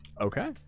Okay